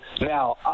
now